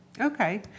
Okay